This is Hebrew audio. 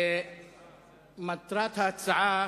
מטרת ההצעה